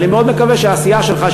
ואני מאוד מקווה שהעשייה שלך,